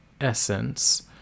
essence